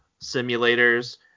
simulators